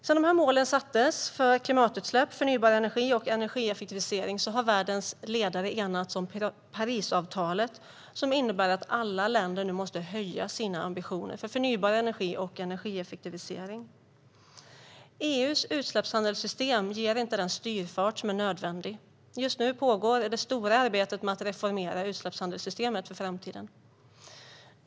Sedan de här målen för klimatutsläpp, förnybar energi och energieffektivisering sattes upp har världens ledare enats om Parisavtalet, som innebär att alla länder nu måste höja sina ambitioner för förnybar energi och energieffektivisering. EU:s utsläppshandelssystem ger inte den styrfart som är nödvändig. Just nu pågår det stora arbetet med att reformera utsläppshandelssystemet för framtiden.